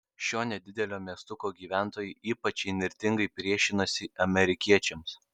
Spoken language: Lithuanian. šio nedidelio miestuko gyventojai ypač įnirtingai priešinasi amerikiečiams